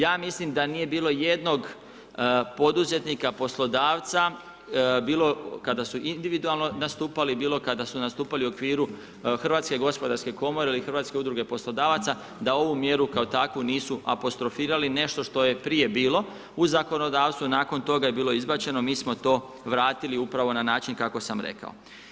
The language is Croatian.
Ja mislim da nije bilo jednog poduzetnika, poslodavca bilo kada su individualno nastupali, bilo kada su nastupali u okviru Hrvatske gospodarske komore ili Hrvatske udruge poslodavaca da ovu mjeru kao takvu nisu apostrofirali nešto što je prije bilo u zakonodavstvu nakon toga je bilo izbačeno, mi smo to vratili upravo na način kako sam rekao.